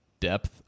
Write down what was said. depth